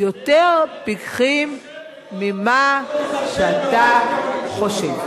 יותר פיקחים ממה שאתה חושב.